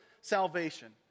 salvation